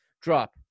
drop